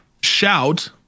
shout